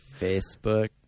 Facebook